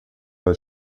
bei